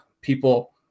people